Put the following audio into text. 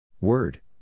Word